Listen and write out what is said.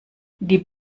die